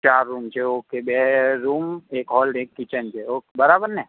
ચાર રૂમ છે ઓકે બે રૂમ એક હોલ ને એક કિચન છે ઓકે બરાબર ને